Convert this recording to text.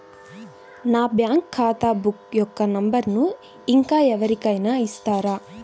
నా బ్యాంక్ ఖాతా బుక్ యొక్క నంబరును ఇంకా ఎవరి కైనా ఇస్తారా?